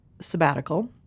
sabbatical